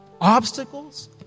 obstacles